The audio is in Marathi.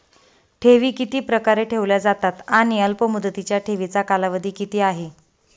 ठेवी किती प्रकारे ठेवल्या जातात आणि अल्पमुदतीच्या ठेवीचा कालावधी किती आहे?